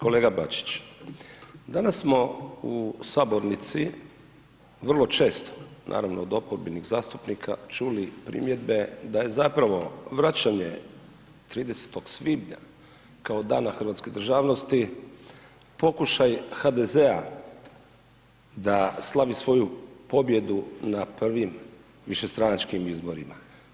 Kolega Bačić, danas smo u sabornici vrlo često, naravno od oporbenih zastupnika čuli primjedbe da je zapravo vraćanje 30. svibnja kao dana hrvatske državnosti pokušaj HDZ-a da slavi svoju pobjedu na prvim višestranačkim izborima.